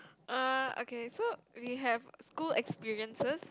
uh okay so we have school experiences